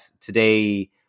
today